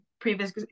previous